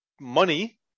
money